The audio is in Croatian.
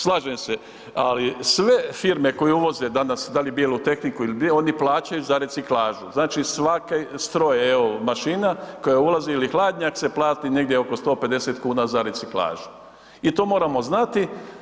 Slažem se, ali sve firme koje uvoze danas da li bijelu tehniku ili, ... oni plaćaju za reciklažu, znači svaki stroj, evo mašina koja ulazi ili hladnjak se plati negdje oko 150 kn za reciklažu i to moramo znati.